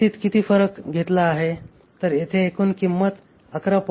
आपण किंमतीत किती फरक घेतला आहे तर इथे एकूण किंमत 11